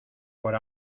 por